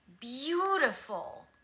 beautiful